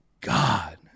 God